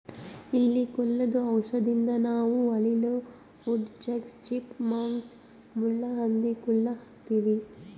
ಇಲಿ ಕೊಲ್ಲದು ಔಷಧದಿಂದ ನಾವ್ ಅಳಿಲ, ವುಡ್ ಚಕ್ಸ್, ಚಿಪ್ ಮಂಕ್ಸ್, ಮುಳ್ಳಹಂದಿ ಕೊಲ್ಲ ಹಾಕ್ತಿವಿ